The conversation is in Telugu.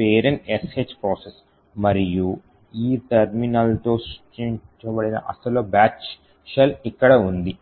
పేరెంట్ "sh "ప్రాసెస్ మరియు ఈ టెర్మినల్తో సృష్టించబడిన అసలు బ్యాచ్ షెల్ ఇక్కడ ఉంది